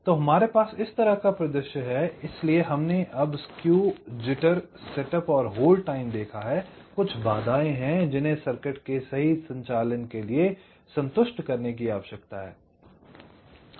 तो हमारे पास इस तरह का एक परिदृश्य है इसलिए हमने अब स्केव जिटर सेटअप और होल्ड टाइम देखा है कुछ बाधाएं हैं जिन्हें सर्किट के सही संचालन के लिए संतुष्ट करने की आवश्यकता है